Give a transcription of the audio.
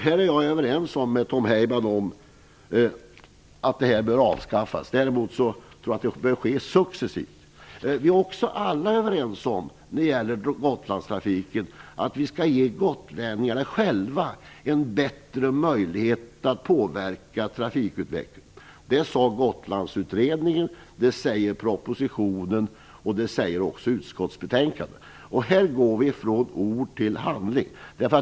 Jag är överens med Tom Heyman om att det här bör avskaffas. Däremot tror jag att det bör ske successivt. Vi är också alla överens om att vi skall ge gotlänningarna själva en bättre möjlighet att påverka trafikutvecklingen. Det sade Gotlandsutredningen, det säger propositionen och det säger också utskottsbetänkandet. Här går vi från ord till handling.